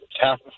half